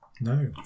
No